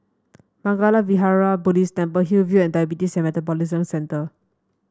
Mangala Vihara Buddhist Temple Hillview and Diabetes Metabolism Centre